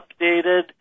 updated